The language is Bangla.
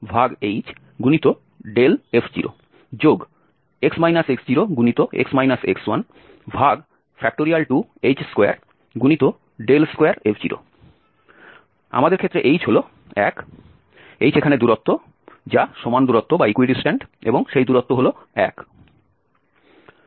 আমাদের ক্ষেত্রে h হল 1 h এখানে এই দূরত্ব যা সমান দূরত্ব এবং সেই দূরত্ব হল 1